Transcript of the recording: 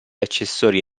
accessori